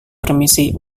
permisi